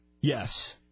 Yes